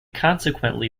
consequently